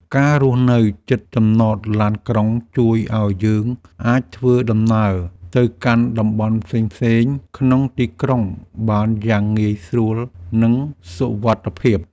ការរស់នៅជិតចំណតឡានក្រុងជួយឱ្យយើងអាចធ្វើដំណើរទៅកាន់តំបន់ផ្សេងៗក្នុងទីក្រុងបានយ៉ាងងាយស្រួលនិងសុវត្ថិភាព។